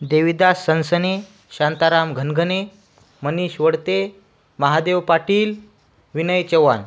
देविदास सनसने शांताराम घनघने मनीष वडते महादेव पाटील विनय चव्हाण